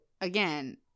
again